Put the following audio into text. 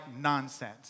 nonsense